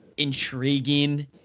intriguing